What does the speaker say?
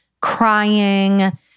crying